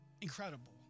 Incredible